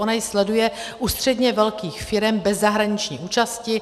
Ona ji sleduje u středně velkých firem bez zahraniční účasti.